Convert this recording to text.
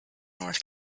north